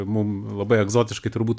mum labai egzotiškai turbūt